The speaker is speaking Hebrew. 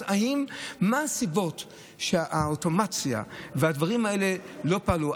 מה הסיבות שהאוטומציה והדברים האלה לא פעלו.